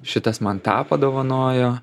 šitas man tą padovanojo